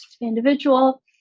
individual